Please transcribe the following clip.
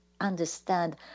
understand